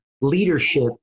leadership